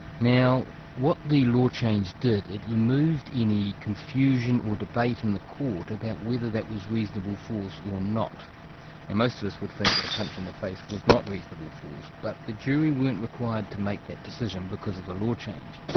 now what the law-change did, it removed any confusion or debate in the court about whether that was reasonable force or not. now and most of us would think that a punch in the face was not reasonable force, but the jury weren't required to make that decision because of the law change.